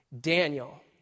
Daniel